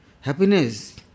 happiness